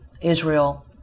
Israel